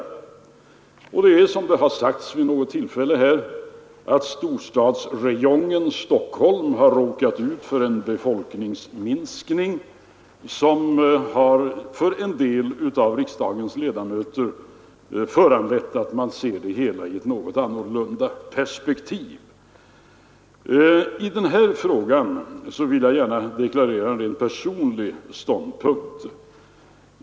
En förklaring är — som det har sagts vid något tillfälle — att storstadsräjongen Stockholm har råkat ut för en befolkningsminskning, vilket har föranlett att en del av riksdagens ledamöter ser det hela i ett något annorlunda perspektiv. Jag vill på denna punkt gärna deklarera en rent personlig ståndpunkt.